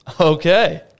Okay